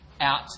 out